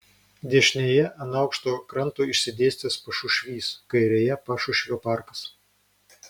dešinėje ant aukšto kranto išsidėstęs pašušvys kairėje pašušvio parkas